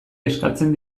eskatzen